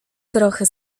trochę